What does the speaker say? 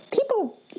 People